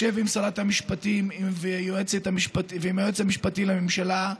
ישב עם שרת המשפטים ועם היועץ המשפטי לממשלה,